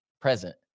present